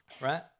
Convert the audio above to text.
Right